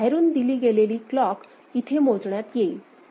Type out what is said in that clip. ही बाहेरून दिले गेलेली क्लॉक इथे मोजण्यात येईल